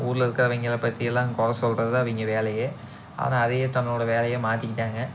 ஊரில் இருக்கிறவைங்கள பற்றியெல்லாம் கொறை சொல்கிறதுதான் அவங்க வேலையே ஆனால் அதையே தன்னோடய வேலையாக மாற்றிக்கிட்டாங்க